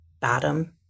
bottom